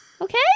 Okay